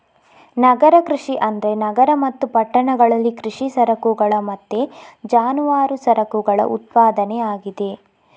ನಗರ ಕೃಷಿ ಅಂದ್ರೆ ನಗರ ಮತ್ತು ಪಟ್ಟಣಗಳಲ್ಲಿ ಕೃಷಿ ಸರಕುಗಳ ಮತ್ತೆ ಜಾನುವಾರು ಸರಕುಗಳ ಉತ್ಪಾದನೆ ಆಗಿದೆ